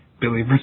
Billy